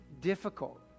difficult